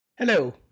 Hello